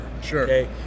Sure